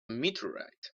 meteorite